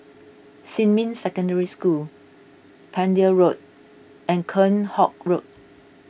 Xinmin Secondary School Pender Road and Kheam Hock Road